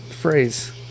phrase